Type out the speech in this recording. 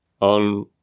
on